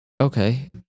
okay